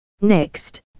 Next